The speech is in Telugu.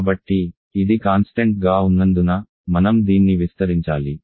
కాబట్టి ఇది కాన్స్టెంట్ గా ఉన్నందున మనం దీన్ని విస్తరించాలి